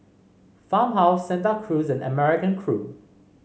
Farmhouse Santa Cruz and American Crew